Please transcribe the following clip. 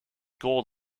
gold